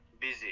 busy